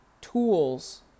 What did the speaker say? tools